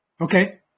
Okay